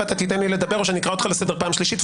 ואתה תיתן לי לדבר או שאני אקרא אותך לסדר פעם שלישית,